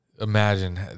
imagine